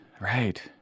right